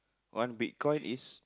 one bitcoin is